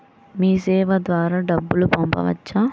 మీసేవ ద్వారా డబ్బు పంపవచ్చా?